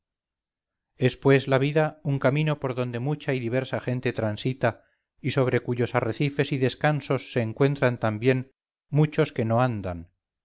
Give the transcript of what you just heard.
pues la vida un camino por donde mucha y diversa gente transita y sobre cuyos arrecifes y descansos se encuentran también muchos que no andan